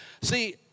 see